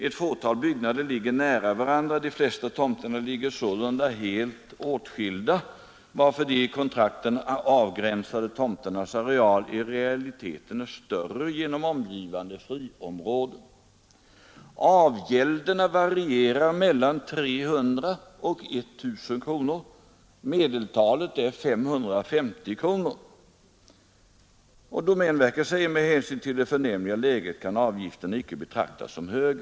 Ett fåtal byggnader ligger nära varandra, men de flesta ligger helt åtskilda, och därför är de i kontrakten avgränsade tomternas arealer i realiteten större tack vare omgivande fritidsområden. Avgälderna varierar mellan 300 och 1 000 kronor, och medeltalet är 550 kronor. Domänverket säger att med hänsyn till det förnämliga läget kan avgifterna inte betraktas som höga.